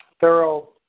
thorough